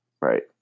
Right